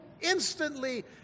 instantly